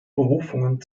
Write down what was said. berufungen